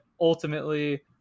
ultimately